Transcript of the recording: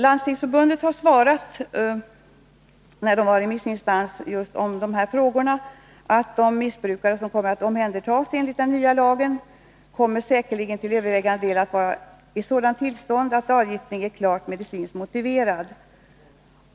Landstingsförbundet har som remissinstans anfört att de missbrukare som kommer att omhändertas enligt den nya lagen säkerligen kommer att till övervägande del vara i sådant tillstånd att avgiftning är klart medicinskt motiverad.